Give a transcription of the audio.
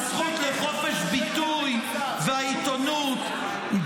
בזכות לחופש הביטוי והעיתונות -- שקר וכזב.